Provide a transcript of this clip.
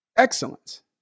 excellence